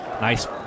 Nice